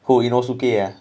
who inosuke ah